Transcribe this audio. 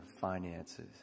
finances